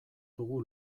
dugu